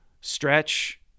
stretch